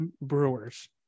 Brewers